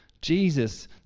Jesus